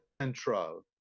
Central